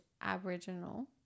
Aboriginal